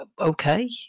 okay